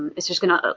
it's just going to, ah